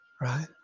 right